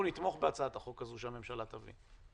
שאנחנו נתמוך בהצעת החוק הזאת שהממשלה תביא,